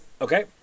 Okay